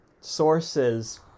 Sources